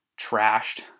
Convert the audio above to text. trashed